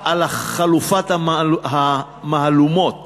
החלפת המהלומות